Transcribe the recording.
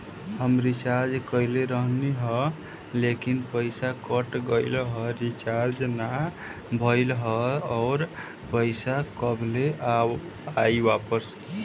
हम रीचार्ज कईले रहनी ह लेकिन पईसा कट गएल ह रीचार्ज ना भइल ह और पईसा कब ले आईवापस?